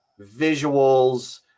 visuals